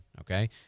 okay